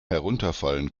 herunterfallen